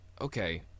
okay